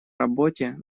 работе